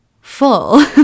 full